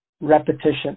repetition